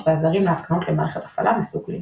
ועזרים להתקנות למערכות הפעלה מסוג לינוקס.